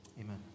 amen